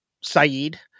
Saeed